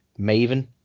maven